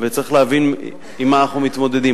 וצריך להבין עם מה אנחנו מתמודדים,